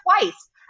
twice